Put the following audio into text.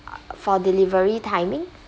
for delivery timing